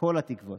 כל התקוות.